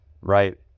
Right